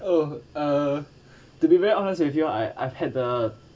oh uh to be very honest with you I I've had uh